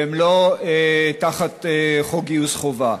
והם לא תחת חוק גיוס חובה.